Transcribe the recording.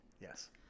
Yes